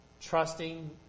trusting